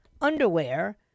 underwear